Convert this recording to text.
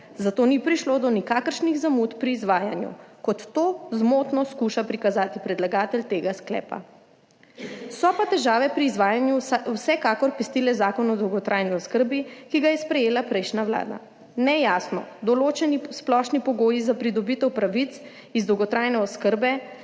zato ni prišlo do nikakršnih zamud pri izvajanju, kot to zmotno skuša prikazati predlagatelj tega sklepa. So pa težave pri izvajanju vsekakor pestile Zakon o dolgotrajni oskrbi, ki ga je sprejela prejšnja Vlada, nejasno določeni splošni pogoji za pridobitev pravic iz dolgotrajne oskrbe,